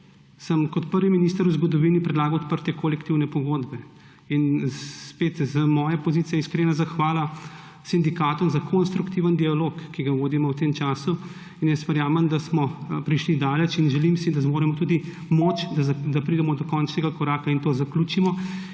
sem kot prvi minister v zgodovini predlagal odprtje kolektivne pogodbe in spet z moje pozicije iskrena zahvala sindikatom za konstruktiven dialog, ki ga vodimo v tem času. Verjamem, da smo prišli daleč, in želim si, da zmoremo tudi moč, da pridemo do končnega koraka in to zaključimo